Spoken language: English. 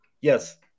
Yes